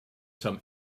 some